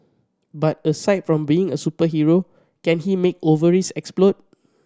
but aside from being a superhero can he make ovaries explode